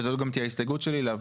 וזו גם תהיה ההסתייגות שלי,